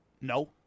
No